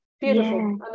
beautiful